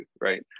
Right